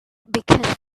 because